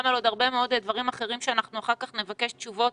ועל עוד הרבה דברים אחרים שנבקש עליהם תשובות